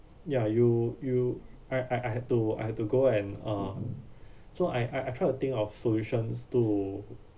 ya you you I I had to I had to go and uh so I I try to think of solutions to